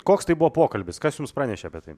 koks tai buvo pokalbis kas jums pranešė apie tai